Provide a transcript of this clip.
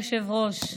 אדוני היושב-ראש,